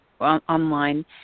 online